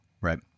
right